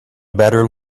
better